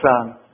son